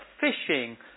fishing